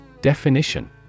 Definition